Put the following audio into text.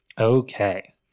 Okay